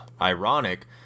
ironic